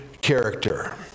character